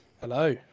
Hello